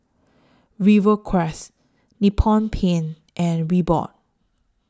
Rivercrest Nippon Paint and Reebok